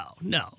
no